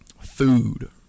food